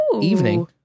evening